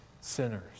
sinners